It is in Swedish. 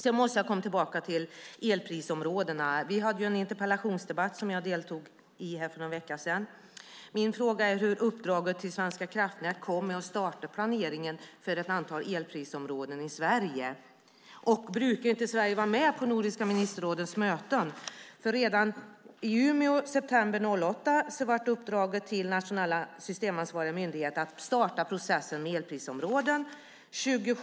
Sedan måste jag komma tillbaka till elprisområdena. Vi hade en interpellationsdebatt för någon vecka sedan som jag deltog i. Min fråga är hur uppdraget till Svenska kraftnät kom med att starta planeringen för ett antal elprisområden i Sverige. Och brukar inte Sverige vara med på Nordiska ministerrådets möten? Redan i Umeå i september 2008 var det ett uppdrag till nationella systemansvariga myndigheter att starta processen med elprisområden.